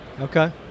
okay